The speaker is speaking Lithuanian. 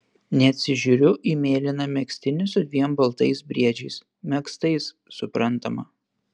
neatsižiūriu į mėlyną megztinį su dviem baltais briedžiais megztais suprantama